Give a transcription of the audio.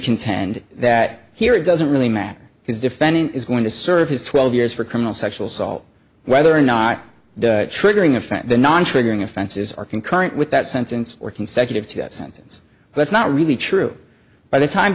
contend that here it doesn't really matter because defendant is going to serve his twelve years for criminal sexual assault whether or not the triggering a front the non triggering offenses are concurrent with that sentence or consecutive to that sentence that's not really true by the time